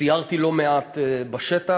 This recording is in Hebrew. סיירתי לא מעט בשטח,